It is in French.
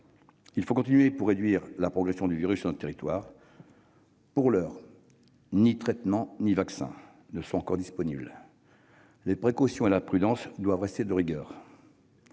Il faut qu'ils continuent pour réduire la progression du virus sur notre territoire. Pour l'heure, ni traitement ni vaccin ne sont encore disponibles. Les précautions et la prudence doivent rester de rigueur.